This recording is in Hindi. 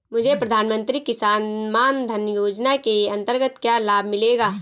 मुझे प्रधानमंत्री किसान मान धन योजना के अंतर्गत क्या लाभ मिलेगा?